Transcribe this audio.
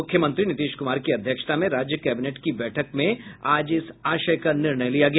मुख्यमंत्री नीतीश कुमार की अध्यक्षता में राज्य कैबिनेट की बैठक में आज इस आशय का निर्णय लिया गया